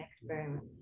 experiment